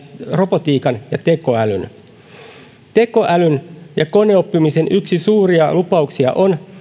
robotiikan ja tekoälyn yksi tekoälyn ja koneoppimisen suuria lupauksia on